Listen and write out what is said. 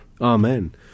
Amen